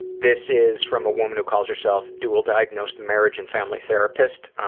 this is from a woman who calls herself dual diagnosed marriage and family therapist.